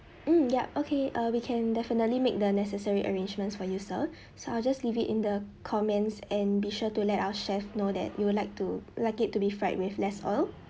mm yup okay uh we can definitely make the necessary arrangements for you sir so I'll just leave it in the comments and be sure to let our chef know that you would like to like it to be fried with less oil